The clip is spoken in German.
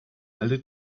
alle